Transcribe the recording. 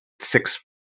six